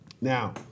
Now